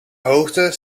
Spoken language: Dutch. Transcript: hoogte